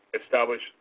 establish